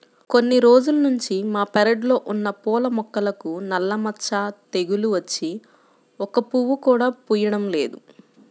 కొన్ని రోజుల్నుంచి మా పెరడ్లో ఉన్న పూల మొక్కలకు నల్ల మచ్చ తెగులు వచ్చి ఒక్క పువ్వు కూడా పుయ్యడం లేదు